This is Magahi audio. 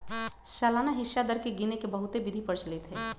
सालाना हिस्सा दर के गिने के बहुते विधि प्रचलित हइ